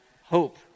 hope